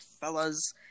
fellas